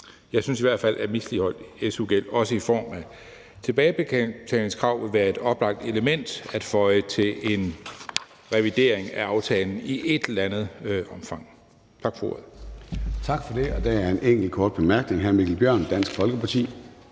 Jeg synes i hvert fald, at misligholdt su-gæld og også tilbagebetalingskrav vil være et oplagt element at føje til en revidering af aftalen i et eller andet omfang. Tak for ordet.